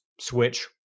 switch